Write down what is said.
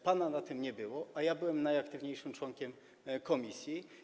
Pana tam nie było, a ja byłem najaktywniejszym członkiem komisji.